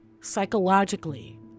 psychologically